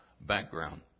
background